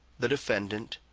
the defendant,